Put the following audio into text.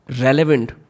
relevant